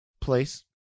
place